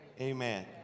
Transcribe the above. amen